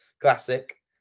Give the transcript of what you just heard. classic